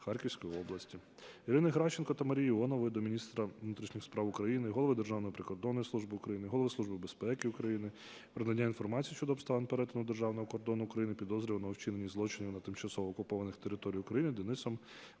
Харківської області. Ірини Геращенко та Марії Іонової до міністра внутрішніх справ України, Голови Державної прикордонної служби України, Голови Служби безпеки України про надання інформації щодо обставин перетину державного кордону України підозрюваного у вчиненні злочинів на тимчасово окупованих територіях України Денисом